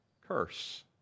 curse